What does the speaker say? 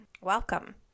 welcome